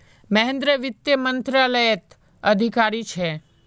महेंद्र वित्त मंत्रालयत अधिकारी छे